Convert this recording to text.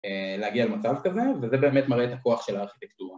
להגיע למצב כזה, וזה באמת מראה את הכוח של הארכיטקטורה